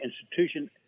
institution